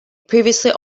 previously